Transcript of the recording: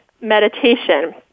meditation